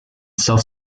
self